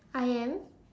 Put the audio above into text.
I am